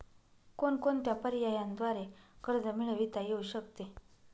कोणकोणत्या पर्यायांद्वारे कर्ज मिळविता येऊ शकते?